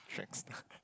track star